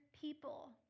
people